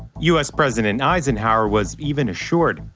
u s. president eisenhower was even assured,